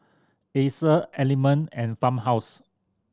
Acer Element and Farmhouse